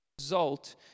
result